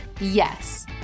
Yes